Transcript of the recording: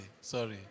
sorry